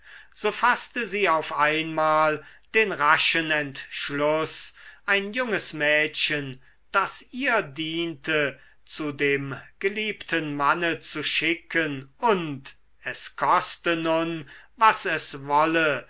so faßte sie auf einmal den raschen entschluß ein junges mädchen das ihr diente zu dem geliebten manne zu schicken und es koste nun was es wolle